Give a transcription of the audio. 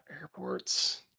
airports